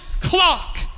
clock